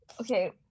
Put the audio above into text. Okay